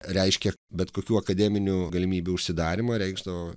reiškia bet kokių akademinių galimybių užsidarymą reikšdavo